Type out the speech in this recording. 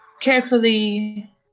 carefully